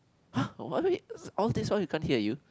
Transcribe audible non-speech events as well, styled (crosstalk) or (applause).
(breath) !huh! what mean all these while we can't hear you